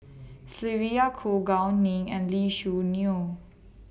Sylvia Kho Gao Ning and Lee Choo Neo